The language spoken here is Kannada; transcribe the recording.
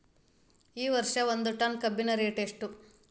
ಈ ವರ್ಷ ಒಂದ್ ಟನ್ ಕಬ್ಬಿನ ರೇಟ್ ಎಷ್ಟು?